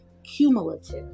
cumulative